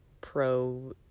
pro